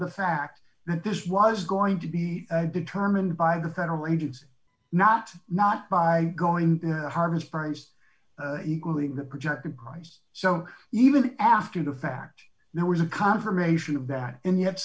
the fact that this was going to be determined by the federal agents not not by going to harvest price equaling the projected price so even after the fact there was a confirmation of that and yet